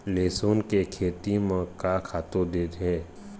लेसुन के खेती म का खातू देथे?